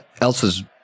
Elsa's